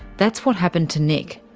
that's what happened to nick.